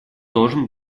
должен